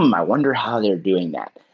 um i wonder how they are doing that.